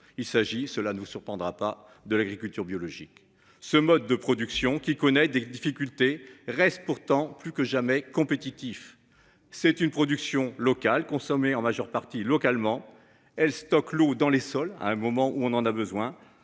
Il s'agit. Cela ne vous surprendra pas de l'agriculture biologique. Ce mode de production qui connaît des difficultés reste pourtant plus que jamais compétitifs, c'est une production locale consommées en majeure partie localement elle stocke l'eau dans les sols. À un moment où on en a besoin